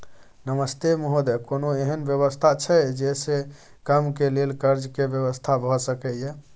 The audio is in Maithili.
नमस्ते महोदय, कोनो एहन व्यवस्था छै जे से कम के लेल कर्ज के व्यवस्था भ सके ये?